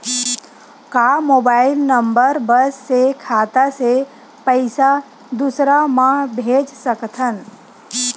का mobile number बस से खाता से पईसा दूसरा मा भेज सकथन?